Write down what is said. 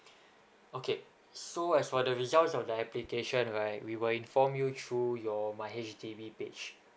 okay so as for the results of the application right we will inform you through your my H_D_B page